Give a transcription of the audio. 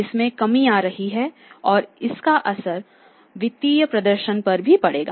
इसमें कमी आ रही है और इसका असर वित्तीय प्रदर्शन पर भी पड़ेगा